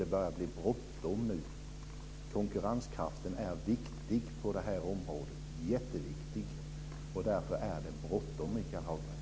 Det börjar nämligen bli bråttom nu. Konkurrenskraften är viktig på det här området - jätteviktig. Därför är det bråttom, Michael Hagberg.